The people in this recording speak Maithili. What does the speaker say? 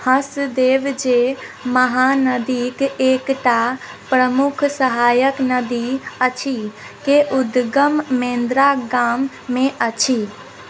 हसदेव जे महानदीके एकटा प्रमुख सहायक नदी अछि के उद्गम मेन्द्रा गाममे अछि